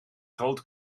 groot